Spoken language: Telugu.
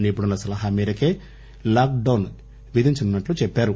నిపుణుల సలహా మేరకు లాక్ డౌన్ విధించనున్నట్టు చెప్పారు